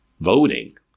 voting